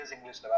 English